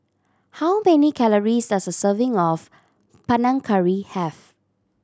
how many calories does a serving of Panang Curry have